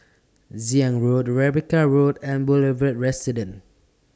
Zion Road Rebecca Road and Boulevard Residence